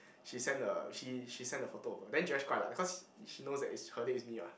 she send the she she send the photo of her then Jores quite like because she knows that is her date is me what